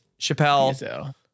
Chappelle